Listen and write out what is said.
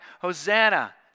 Hosanna